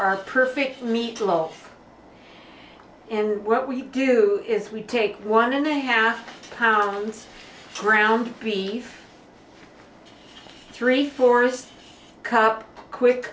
our perfect meat loaf and what we do is we take one and a half pounds ground beef three fourths cup quick